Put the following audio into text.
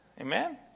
Amen